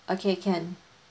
okay can